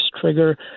trigger